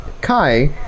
kai